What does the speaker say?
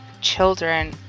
children